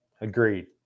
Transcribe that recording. Agreed